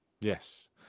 Yes